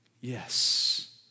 Yes